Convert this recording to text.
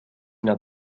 n’as